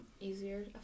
easier